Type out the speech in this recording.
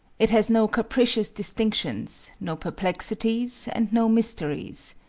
it has no capricious distinctions, no perplexities, and no mysteries.